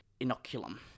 inoculum